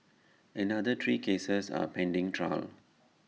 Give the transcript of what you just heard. another three cases are pending trial